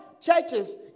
churches